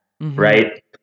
right